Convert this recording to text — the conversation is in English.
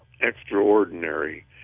extraordinary